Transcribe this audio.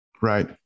Right